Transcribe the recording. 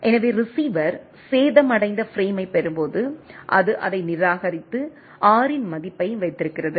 எனவே ரிசீவர் சேதமடைந்த பிரேமைப் பெறும்போது அது அதை நிராகரித்து R இன் மதிப்பை வைத்திருக்கிறது